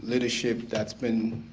leadership that's been,